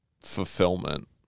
Fulfillment